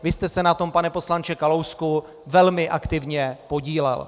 Vy jste se na tom, pane poslanče Kalousku, velmi aktivně podílel.